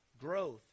growth